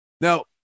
Now